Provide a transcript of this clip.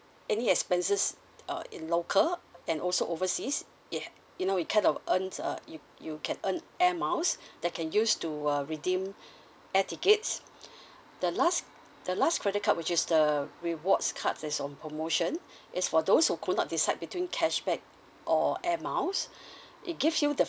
any expenses uh in local and also overseas yeah you know you kind of earn uh you you can earn air miles that can use to uh redeem air tickets the last the last credit card which is the rewards cards is on promotion is for those who could not decide between cashback or air miles it gives you the